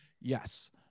Yes